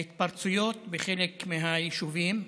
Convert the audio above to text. ההתפרצויות בחלק מהיישובים,